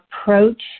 approach